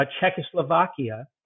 Czechoslovakia